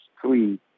three